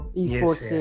eSports